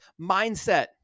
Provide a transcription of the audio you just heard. mindset